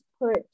put